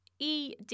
ed